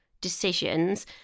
decisions